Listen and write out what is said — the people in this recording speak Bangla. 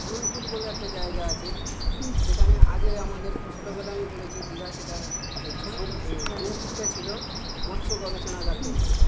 জুনপুট বলে একটা জায়গা আছে সেখানে আগে আমাদের ছোটোবেলায় আমি পড়েছি দীঘা সেটা ওই যে সো ওই জুনপুটটা ছিলো মৎস্য গবেছণাগার কেন্দ্র